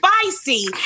spicy